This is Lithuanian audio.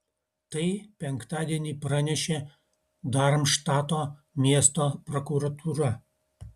tai penktadienį pranešė darmštato miesto prokuratūra